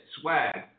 swag